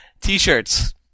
T-shirts